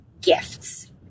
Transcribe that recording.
gifts